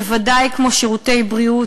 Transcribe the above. בוודאי כמו שירותי בריאות,